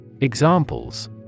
Examples